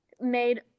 made